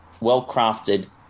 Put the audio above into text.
well-crafted